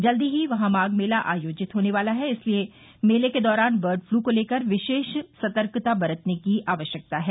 जल्द ही वहां माघ मेला आयोजित होने वाला है इसलिए मेले के दौरान बर्ड पलू को लेकर विशेष सतर्कता बरतने की आवश्यकता है